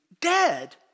dead